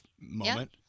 moment